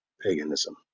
paganism